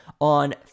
On